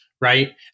Right